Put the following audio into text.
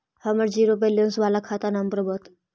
हमर zero balance बाला खाता नम्बर बत?